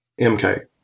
MK